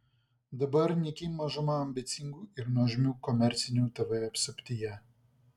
dabar nyki mažuma ambicingų ir nuožmių komercinių tv apsuptyje